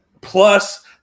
Plus